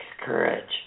courage